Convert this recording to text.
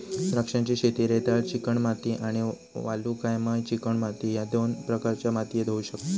द्राक्षांची शेती रेताळ चिकणमाती आणि वालुकामय चिकणमाती ह्य दोन प्रकारच्या मातीयेत होऊ शकता